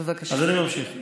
אז אני ממשיך.